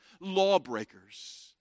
lawbreakers